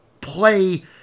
play